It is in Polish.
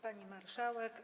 Pani Marszałek!